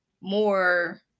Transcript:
more